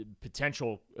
potential